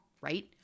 right